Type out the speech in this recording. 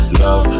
love